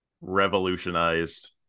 revolutionized